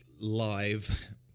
Live